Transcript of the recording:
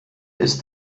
ist